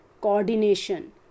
coordination